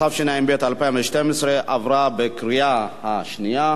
התשע"ב 2012, עברה בקריאה השנייה.